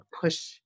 push